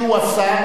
שהוא השר,